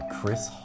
Chris